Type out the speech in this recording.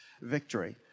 victory